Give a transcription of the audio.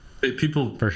People